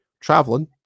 traveling